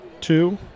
two